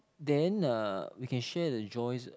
then uh we can share the joys